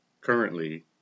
Currently